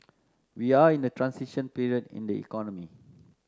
we are in a transition period in the economy